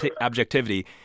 objectivity